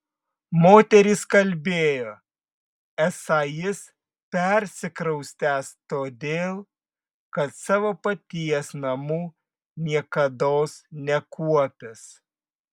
moterys kalbėjo esą jis persikraustęs todėl kad savo paties namų niekados nekuopęs